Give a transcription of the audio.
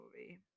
movie